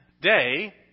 day